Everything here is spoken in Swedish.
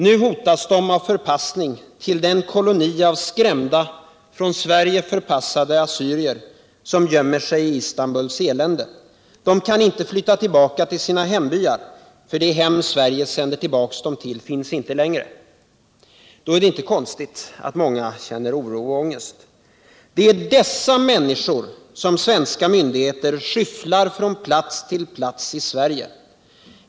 Nu hotas de av förpassning till den koloni av skrämda, från Sverige förpassade assyrier som gömmer sig i Istanbuls elände. De kan inte flytta tillbaka till sina hembyar, för det hem Sverige sänder dem tillbaka till finns inte längre. Då är det inte konstigt att många känner oro och ångest. Dessa människor skyfflas av svenska myndigheter från plats till plats i Sverige.